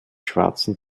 schwarzen